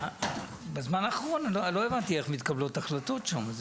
בזמן האחרון אני לא הבנתי איך מתקבלות החלטות שם.